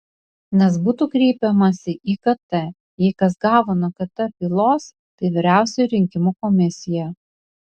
nes būtų kreipiamasi į kt jei kas gavo nuo kt pylos tai vyriausioji rinkimų komisija